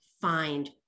find